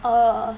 err